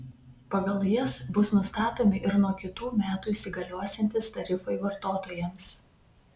pagal jas bus nustatomi ir nuo kitų metų įsigaliosiantys tarifai vartotojams